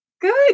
Good